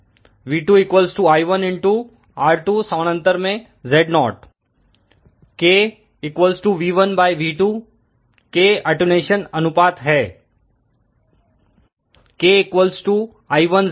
Zo kV1V2 k attenuation अनुपात है kI1ZAI1R2